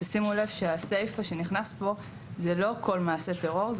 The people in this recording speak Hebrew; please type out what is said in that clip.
שימו לב שהסיפה שנכנס כאן הוא לא כל מעשה טרור אלא